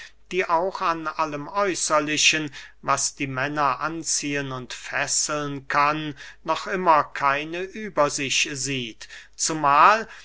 die auch an allem äußerlichen was die männer anziehen und fesseln kann noch immer keine über sich sieht zumahl